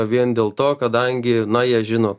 vien dėl to kadangi na jie žinot